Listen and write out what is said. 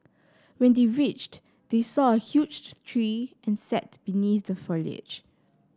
when they reached they saw a huge tree and sat beneath the foliage